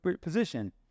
position